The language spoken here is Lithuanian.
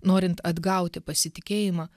norint atgauti pasitikėjimą